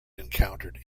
encountered